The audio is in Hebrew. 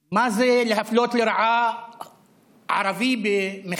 מה זה יהיה להפלות לרעה ערבי במכרז,